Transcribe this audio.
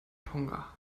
tonga